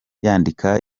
yandika